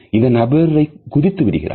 இந்த நபர் குதித்து விடுகிறார்